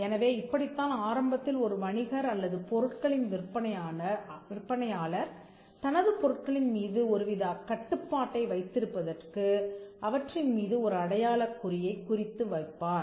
எனவே இப்படித்தான் ஆரம்பத்தில் ஒரு வணிகர் அல்லது பொருட்களின் விற்பனையாளர் தனது பொருட்களின் மீது ஒருவித கட்டுப்பாட்டை வைத்திருப்பதற்கு அவற்றின் மீது ஒரு அடையாளக் குறியைக் குறித்து வைப்பார்